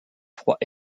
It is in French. froid